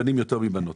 בנים יותר מבנות.